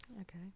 Okay